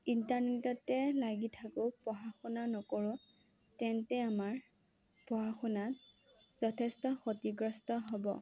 ইণ্টাৰনেটতে লাগি থাকোঁ পঢ়া শুনা নকৰোঁ তেন্তে আমাৰ পঢ়া শুনা যথেষ্ট ক্ষতিগ্ৰস্থ হ'ব